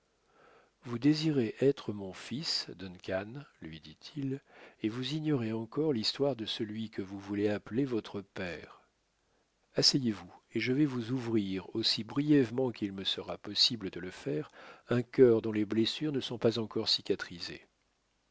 vous désirez être mon fils duncan lui dit-il et vous ignorez encore l'histoire de celui que vous voulez appeler votre père asseyez-vous et je vais vous ouvrir aussi brièvement qu'il me sera possible de le faire un cœur dont les blessures ne sont pas encore cicatrisées